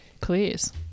Please